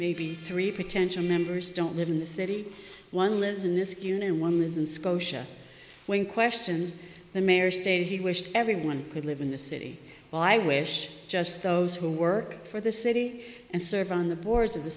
maybe three potential members don't live in the city one lives in this unit and one is in scotia when questioned the mayor stated he wished everyone could live in the city well i wish just those who work for the city and serve on the boards